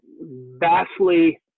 vastly